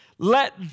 Let